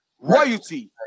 royalty